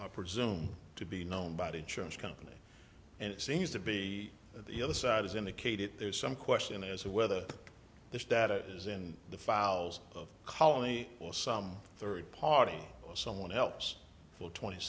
i presume to be known by the church company and it seems to be the other side is indicated there's some question as to whether this data is in the files of kali some third party someone else will twenty